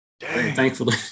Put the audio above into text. Thankfully